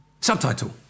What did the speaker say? Subtitle